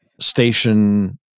station